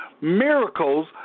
miracles